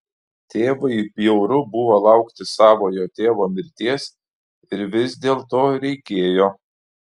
tėvui bjauru buvo laukti savojo tėvo mirties ir vis dėlto reikėjo